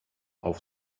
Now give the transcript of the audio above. auf